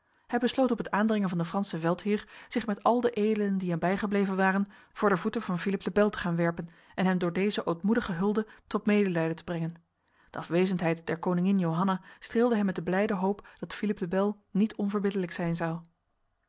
hij besloot op het aandringen van de franse veldheer zich met al de edelen die hem bijgebleven waren voor de voeten van philippe le bel te gaan werpen en hem door deze ootmoedige hulde tot medelijden te brengen de afwezendheid der koningin johanna streelde hem met de blijde hoop dat philippe le bel niet overbiddelijk zijn zou